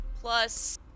plus